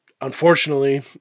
unfortunately